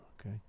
Okay